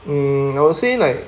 mm I would say like